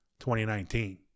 2019